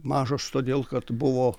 mažos todėl kad buvo